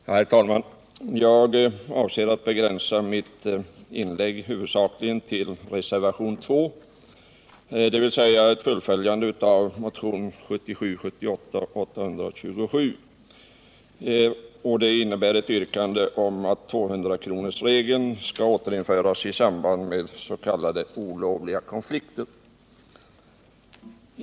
Herr talman! Jag avser att begränsa mitt inlägg huvudsakligen till reservationen 2, dvs. ett fullföljande av motionen 1977/78:827, med ett yrkande om att 200-kronorsregeln skall återinföras i samband med s.k. olovliga konflikter.